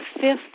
fifth